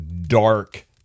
dark